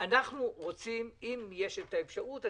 אנחנו רוצים - אם יש את האפשרות,